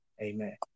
Amen